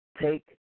take